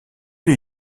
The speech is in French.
les